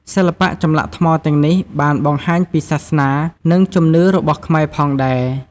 សិល្បៈចម្លាក់ថ្មទាំងនេះបានបង្ហាញពីសាសនា និងជំនឿរបស់ខ្មែរផងដែរ។